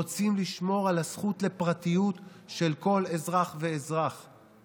רוצים לשמור על הזכות של כל אזרח ואזרח לפרטיות.